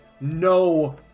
no